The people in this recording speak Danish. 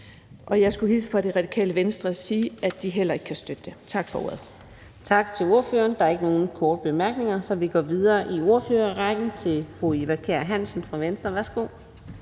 Jeg skulle hilse fra Radikale Venstre og sige, at de heller ikke kan støtte det. Tak for ordet. Kl. 17:56 Fjerde næstformand (Karina Adsbøl): Tak til ordføreren. Der er ikke nogen korte bemærkninger, så vi går videre i ordførerrækken til fru Eva Kjer Hansen fra Venstre. Værsgo.